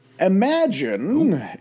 Imagine